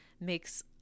makes